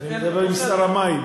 אני מדבר עם שר המים.